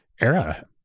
era